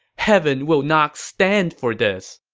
heaven will not stand for this!